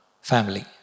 family